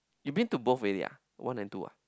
you've been to both already ah one and two ah